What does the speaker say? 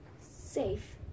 safe